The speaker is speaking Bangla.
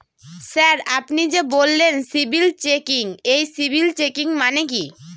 স্যার আপনি যে বললেন সিবিল চেকিং সেই সিবিল চেকিং মানে কি?